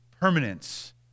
permanence